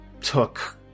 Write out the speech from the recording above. took